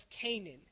Canaan